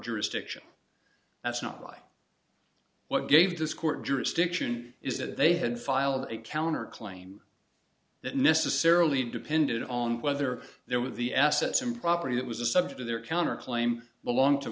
jurisdiction that's not why what gave this court jurisdiction is that they had filed a counter claim that necessarily depended on whether their with the assets and property that was the subject of their counter claim belong to